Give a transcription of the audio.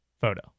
photo